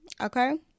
okay